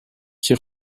qui